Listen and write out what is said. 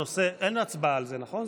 אין הצבעה על זה, נכון?